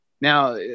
Now